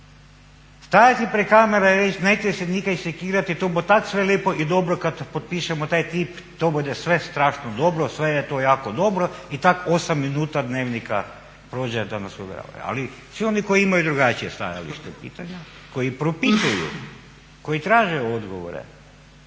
stati pred kamere i reći najte se nikaj sekirati to bu tak sve lepo i dobro kada potpišemo taj TTIP, to bude sve strašno dobro, sve je to jako dobro i tako 8 minuta Dnevnika prođe da nas uvjeravaju. Ali svi oni koji imaju drugačije stajalište, pitanja, koji propituju, koji traže odgovore